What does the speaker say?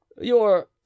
Your